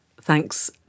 thanks